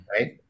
right